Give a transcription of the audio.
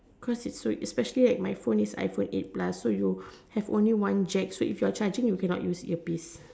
cause especially right my phone is I phone eight plus so you have only one Jack so if you're charging you cannot use ear piece